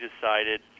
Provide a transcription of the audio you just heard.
decided